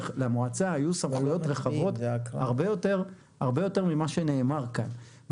למועצה היו סמכויות רחבות הרבה יותר ממה שנאמר כאן.